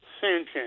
Sanchez